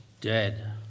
dead